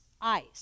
ice